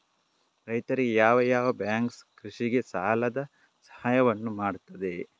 ರೈತರಿಗೆ ಯಾವ ಯಾವ ಬ್ಯಾಂಕ್ ಕೃಷಿಗೆ ಸಾಲದ ಸಹಾಯವನ್ನು ಮಾಡ್ತದೆ?